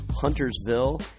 Huntersville